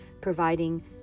providing